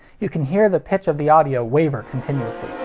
you can hear the pitch of the audio waver continuously.